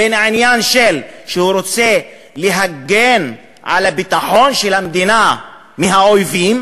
בין העניין שהוא רוצה להגן על הביטחון של המדינה מהאויבים,